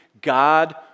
God